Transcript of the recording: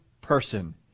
person